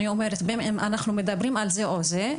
אני אומרת שבין אם אנחנו מדברים על זה או זה,